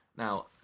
Now